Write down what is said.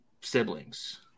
siblings